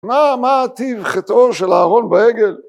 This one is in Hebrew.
מה, מה טיב חטאו של אהרון בעגל?